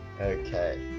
Okay